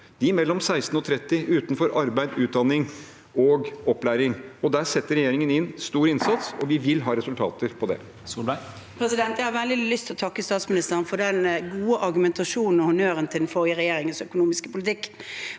de mellom 16 og 30 år som er utenfor arbeid, utdanning og opplæring. Der setter regjeringen inn stor innsats, og vi vil ha resultater på det. Erna Solberg (H) Jeg har veldig lyst til å takke statsministeren for den gode argumentasjonen for og honnøren til den forrige regjeringens økonomiske politikk,